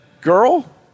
Girl